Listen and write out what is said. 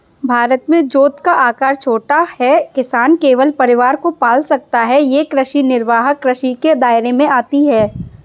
भारत में जोत का आकर छोटा है, किसान केवल परिवार को पाल सकता है ये कृषि निर्वाह कृषि के दायरे में आती है